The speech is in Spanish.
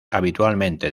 habitualmente